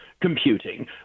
computing